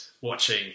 watching